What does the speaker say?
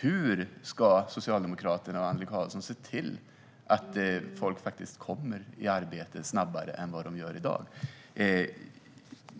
Hur ska Socialdemokraterna och Annelie Karlsson se till att folk faktiskt kommer i arbete snabbare än vad de gör i dag?